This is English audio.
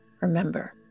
Remember